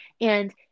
and-